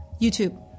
YouTube